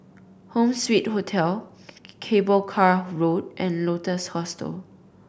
Home Suite Hotel Cable Car Road and Lotus Hostel